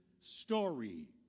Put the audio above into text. story